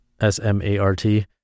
S-M-A-R-T